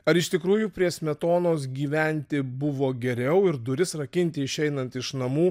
ar iš tikrųjų prie smetonos gyventi buvo geriau ir duris rakinti išeinant iš namų